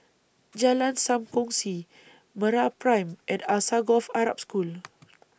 Jalan SAM Kongsi Mera Prime and Alsagoff Arab School